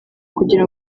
kugira